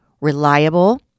reliable